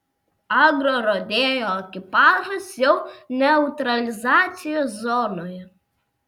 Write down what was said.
agrorodeo ekipažas jau neutralizacijos zonoje